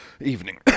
evening